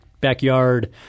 backyard